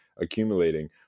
accumulating